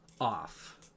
Off